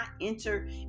enter